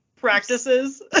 practices